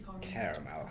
Caramel